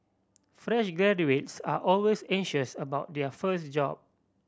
fresh graduates are always anxious about their first job